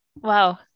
Wow